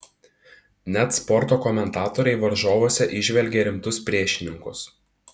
net sporto komentatoriai varžovuose įžvelgia rimtus priešininkus